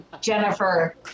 Jennifer